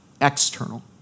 external